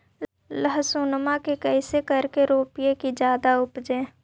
लहसूनमा के कैसे करके रोपीय की जादा उपजई?